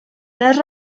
los